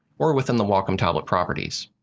or within the wacom tablet properties.